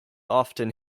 often